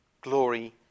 glory